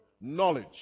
knowledge